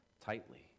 tightly